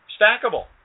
stackable